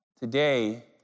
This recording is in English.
Today